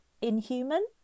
inhuman